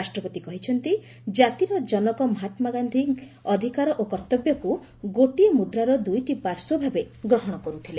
ରାଷ୍ଟ୍ରପତି କହିଛନ୍ତି ଜାତିର ଜନକ ମହାତ୍ମା ଗାନ୍ଧୀ ଅଧିକାର ଓ କର୍ତ୍ତବ୍ୟକୁ ଗୋଟିଏ ମୁଦ୍ରାର ଦୁଇଟି ପାର୍ଶ୍ୱ ଭାବେ ଗ୍ରହଣ କରୁଥିଲେ